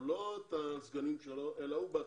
לא את הסגנים שלו אלא אותו בעצמו,